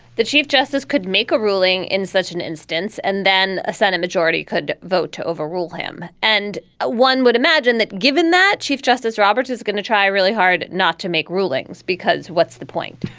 the chief justice could make a ruling in such an instance and then a senate majority could vote to overrule him. and ah one would imagine that given that chief justice roberts is going to try really hard not to make rulings, because what's the point?